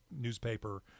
newspaper